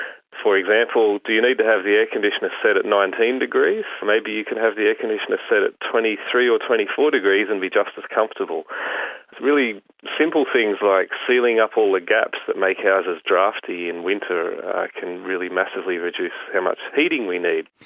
for example, do you need to have the air-conditioner set at nineteen degrees? maybe you can have the air-conditioner set at twenty three or twenty four degrees and be just as comfortable. it's really simple things like sealing up all the gaps that make houses draughty in winter can really massively reduce how much heating we need.